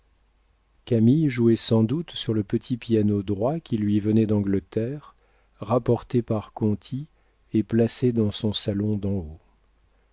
camille jouait sans doute sur le petit piano droit qui lui venait d'angleterre rapporté par conti et placé dans son salon d'en haut